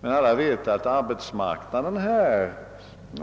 Men som bekant har arbetsmarknaden